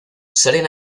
salen